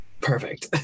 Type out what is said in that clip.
Perfect